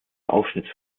aufschnitt